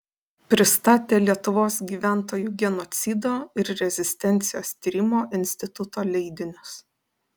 pristatė lietuvos gyventojų genocido ir rezistencijos tyrimo instituto leidinius